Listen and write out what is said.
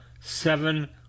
seven